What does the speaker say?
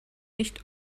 nicht